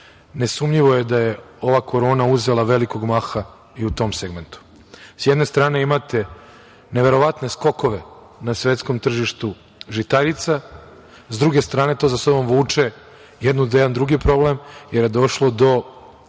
nesumnjivo je da je ova korona uzela velikog maha i u tom segmentu. Sa jedne strane imate neverovatne skokove na svetskom tržištu žitarica, a sa druge strane to sa sobom vuče jedan drugi problem, jer je došlo do manjka